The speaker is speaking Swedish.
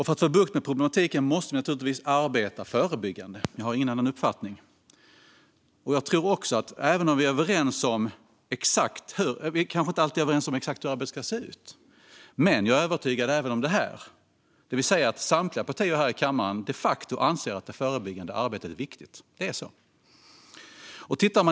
För att få bukt med problematiken måste vi naturligtvis arbeta förebyggande; jag har ingen annan uppfattning. Jag är också övertygad om att samtliga partier här i kammaren anser att det förebyggande arbetet är viktigt, även om partierna kanske inte alltid är överens om exakt hur arbetet ska se ut.